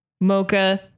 mocha